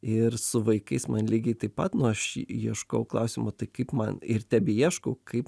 ir su vaikais man lygiai taip pat nu aš ieškau klausimo tai kaip man ir tebeieškau kaip